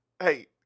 Hey